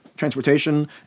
Transportation